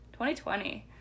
2020